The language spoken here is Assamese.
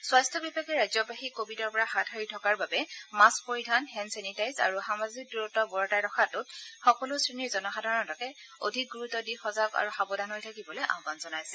স্বাস্থ্য বিভাগে ৰাজ্যবাসীক কোৱিডৰ পৰা হাত সাৰি থকাৰ বাবে মাস্ক পৰিধান হেণ্ড চেনিটাইজ আৰু সামাজিক দূৰত্ বৰ্তাই ৰখাটোত সকলো শ্ৰেণীৰ জনসাধাৰণকে অধিক গুৰুত্ব দি সজাগ আৰু সাবধান হৈ থাকিবলৈ আহান জনাইছে